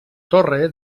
torre